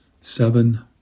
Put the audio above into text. seven